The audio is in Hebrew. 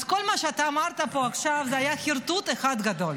אז כל מה שאתה אמרת פה עכשיו היה חרטוט אחד גדול.